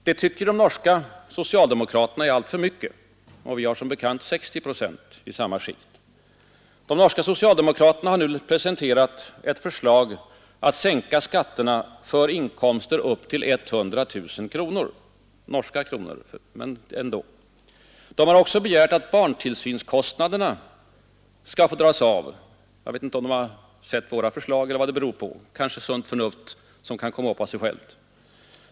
Det tycker de norska socialdemokraterna är för mycket. Vi har som bekant 60 procent i samma skikt. De norska socialdemokraterna har nu presenterat ett förslag att sänka skatterna för inkomster upp till 100 000 kronor. De har också begärt att barntillsynskostnaderna skall få dras av. Jag vet inte om de sett våra förslag eller vad det beror på — kanske sunt förnuft.